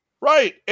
Right